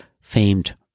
famed